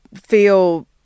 feel –